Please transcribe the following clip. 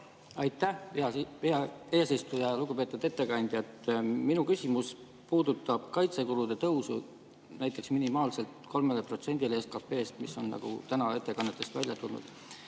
Aitäh, hea eesistuja! Lugupeetud ettekandja! Minu küsimus puudutab kaitsekulude tõusu, näiteks minimaalsele 3%-le SKT‑st, mis on täna ettekannetest välja tulnud.